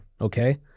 okay